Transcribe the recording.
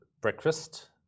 breakfast